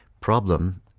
Problem